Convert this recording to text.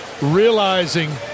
realizing